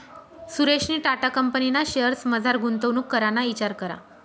सुरेशनी टाटा कंपनीना शेअर्समझार गुंतवणूक कराना इचार करा